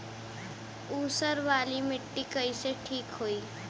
ऊसर वाली मिट्टी कईसे ठीक होई?